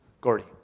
Gordy